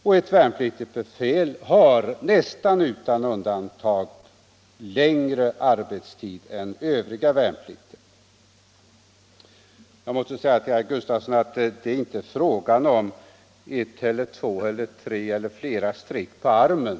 Och ett värnpliktigt befäl har, nästan utan undantag, längre arbetstid än övriga värnpliktiga. Jag måste säga till herr Gustavsson i Nytt förmånssystem Nässjö att det inte är fråga om ett, två, tre eller flera streck på ärmen.